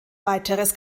weiteres